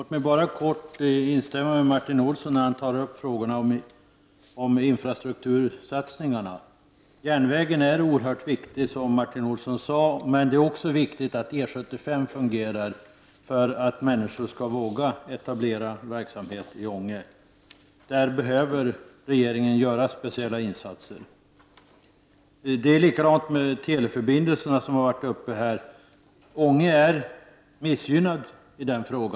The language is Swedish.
Herr talman! Jag skall fatta mig kort. Först instämmer jag i vad Martin Olsson sade om infrastruktursatsningarna. Järnvägen är oerhört viktig, som Martin Olsson sade. Men det är också viktigt att väg E 75 fungerar. Det är en förutsättning för att människor skall våga etablera verksamhet i Ånge. I det avseendet behöver regeringen göra speciella insatser. Likadant förhåller det sig när det gäller teleförbindelserna. Den frågan har ju varit uppe här. Ånge är missgynnat i det sammanhanget.